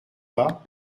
pas